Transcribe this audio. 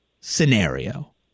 scenario